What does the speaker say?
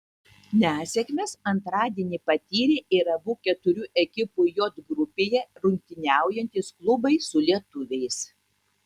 nesėkmes antradienį patyrė ir abu keturių ekipų j grupėje rungtyniaujantys klubai su lietuviais